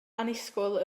annisgwyl